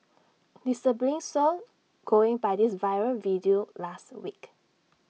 disturbingly so going by this viral video last week